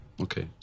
Okay